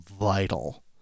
vital